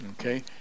Okay